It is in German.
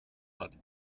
hat